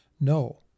No